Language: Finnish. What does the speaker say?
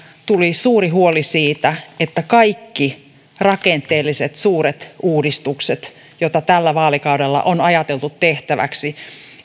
tuli suuri huoli siitä että kaikki rakenteelliset suuret uudistukset joita tällä vaalikaudella on ajateltu tehtäväksi